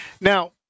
Now